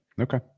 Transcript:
Okay